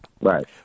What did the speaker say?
Right